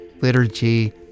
liturgy